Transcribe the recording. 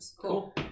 Cool